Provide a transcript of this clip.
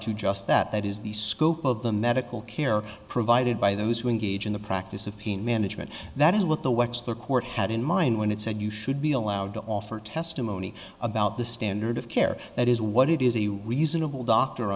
just that is the scope of the medical care provided by those who engage in the practice of pain management that is what the wexler court had in mind when it said you should be allowed to offer testimony about the standard of care that is what it is a reasonable doctor